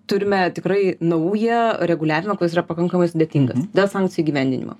turime tikrai naują reguliavimą kuris yra pakankamai sudėtingas dėl sankcijų įgyvendinimo